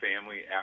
family